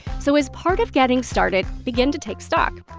so as part of getting started, begin to take stock.